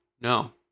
no